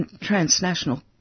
transnational